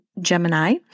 Gemini